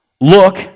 look